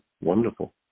wonderful